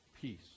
peace